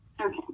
Okay